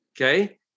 okay